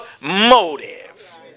motive